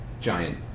giant